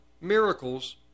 miracles